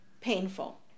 painful